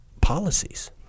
policies